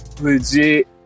Legit